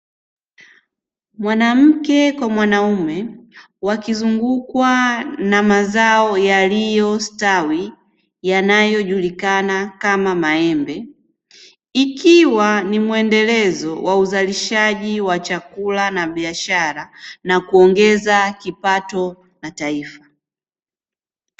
Mwanamke kwa mwanaume wakizungukwa na mazao yaliyostawi yanayojulikana kama maembe, ikiwa ni mwendelezo wa uzalishaji wa chakula na biashara na kuongeza kipato na taifa.